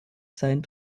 seinen